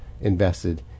invested